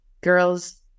girls